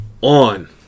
On